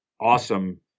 awesome